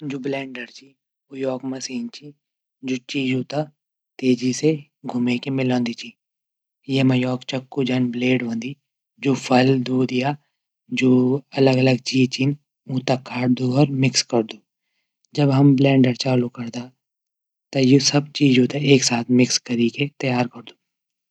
जू ब्लेन्डर च यू एक मसीन च यू चीजों तेज घुमे की मिलौंदू च यौमा एक चकू जन ब्लेड होंदी। जू फल या दूध जू अलग अलग चीज छन ऊंथै कटदू अर मिक्स करदू। जब हम ब्लेन्डर चालू करदा तब यू सब चीजों तै मिक्स कैरी की तैयार करदू।